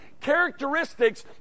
characteristics